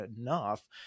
enough